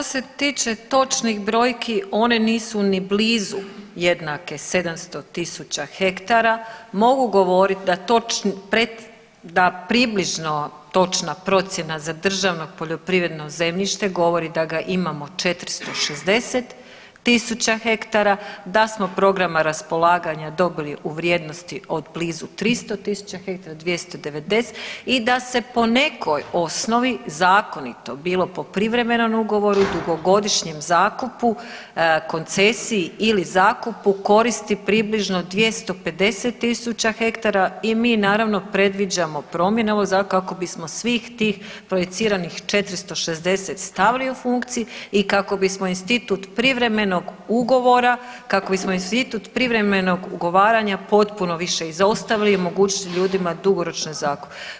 Što se tiče točnih brojki one nisu ni blizu jednake 700.000 hektara, mogu govorit da približno točna procjena za državno poljoprivredno zemljište govori da ga imamo 460.000 hektara, da smo programa raspolaganja dobili u vrijednosti u blizu od 300.000 hektara, 290 i da se po nekoj osnovi zakonito bilo po privremenom ugovoru, dugogodišnjem zakupu koncesiji ili zakupu koristi približno 250.000 hektara i mi naravno predviđamo promjene kako bismo svih tih projiciranih 460 stavili u funkciju i kako bismo institut privremenog ugovora, kako bismo institut privremenog ugovaranja potpuno više izostavili i omogućili ljudima dugoročne zakupe.